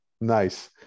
Nice